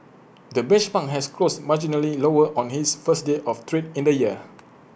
the benchmark has closed marginally lower on its first day of trade in the year